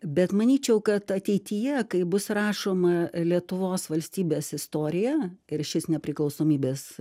bet manyčiau kad ateityje kai bus rašoma lietuvos valstybės istorija ir šis nepriklausomybės